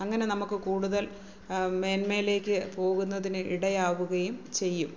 അങ്ങനെ നമുക്ക് കൂടുതൽ മേന്മയിലേക്ക് പോകുന്നതിന് ഇടയാവുകയും ചെയ്യും